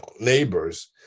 neighbors